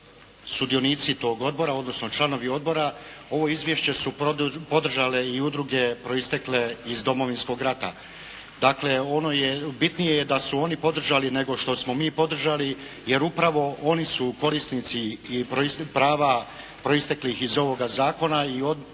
sudionici tog odbora, odnosno članovi odbora ovo izvješće su podržale i udruge proistekle iz Domovinskog rata. Dakle, bitnije je da su oni podržali, nego što smo mi podržali, jer upravo oni su korisnici i prava proisteklih iz ovoga zakona i o